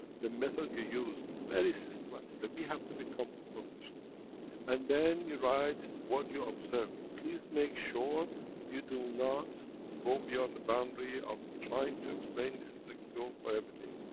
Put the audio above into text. the method you used very systematical, we have to become professional and then, you write what you observed. please make sure you do not go beyond the boundary of trying to explain this is a cure for everything.